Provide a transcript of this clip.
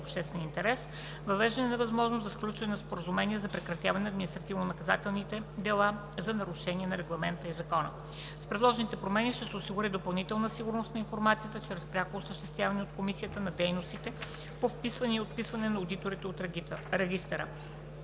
обществен интерес; - въвеждане на възможност за сключване на споразумения за прекратяване на административнонаказателни дела за нарушения на регламента и Закона. С предложените промени ще се осигури допълнителна сигурност на информацията чрез пряко осъществяване от Комисията на дейностите по вписване и отписване на одиторите в регистъра.